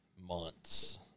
months